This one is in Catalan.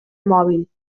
mòbil